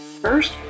First